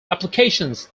applications